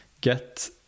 get